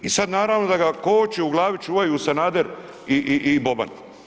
I sad naravno da ga koči u glavi, čuvaju Sanader i Boban.